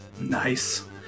Nice